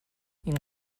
این